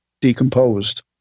decomposed